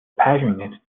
passionate